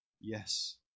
Yes